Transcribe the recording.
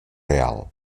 real